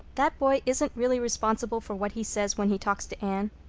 that boy isn't really responsible for what he says when he talks to anne.